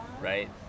right